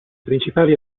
principali